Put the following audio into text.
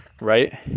right